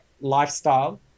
lifestyle